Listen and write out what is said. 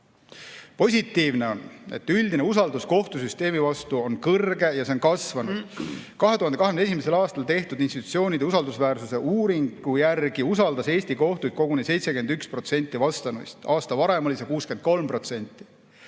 Positiivne on, et üldine usaldus kohtusüsteemi vastu on kõrge ja see on kasvanud. 2021. aastal tehtud institutsioonide usaldusväärsuse uuringu järgi usaldas Eesti kohtuid koguni 71% vastanuist, aasta varem oli see 63%.